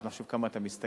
לא חשוב כמה אתה משתכר,